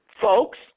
folks